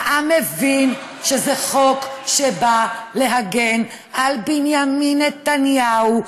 העם מבין שזה חוק שנועד להגן על בנימין נתניהו,